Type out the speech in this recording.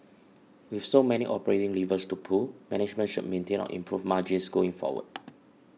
with so many operating levers to pull management should maintain or improve margins going forward